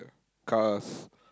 cars